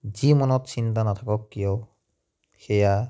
যি মনত চিন্তা নাথাকক কিয় সেয়া